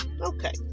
Okay